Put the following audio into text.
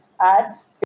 ads